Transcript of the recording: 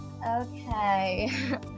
Okay